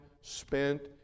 spent